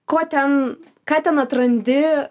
ko ten ką ten atrandi